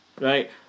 right